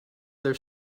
their